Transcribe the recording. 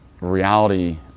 reality